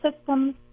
systems